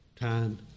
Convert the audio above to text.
Time